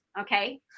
okay